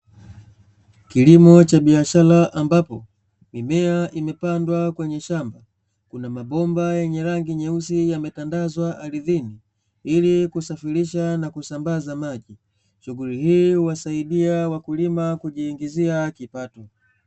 Kilimo cha biashara ambapo mimea imepandwa kwenye shamba, kuna mabomba yenye rangi nyeusi yametandazwa ardhini ili kusafirisha na kusambaza maji. Shughuri hii huwasaidia wakulima kujiingizia kipato.